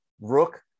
Rook